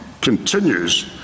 continues